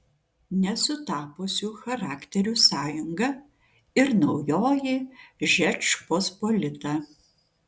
nesutapusių charakterių sąjunga ir naujoji žečpospolita